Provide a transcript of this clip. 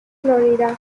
florida